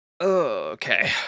Okay